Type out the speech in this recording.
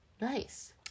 Nice